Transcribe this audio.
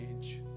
age